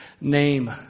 name